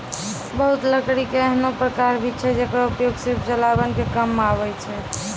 बहुत लकड़ी के ऐन्हों प्रकार भी छै जेकरो उपयोग सिर्फ जलावन के काम मॅ आवै छै